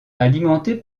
alimenté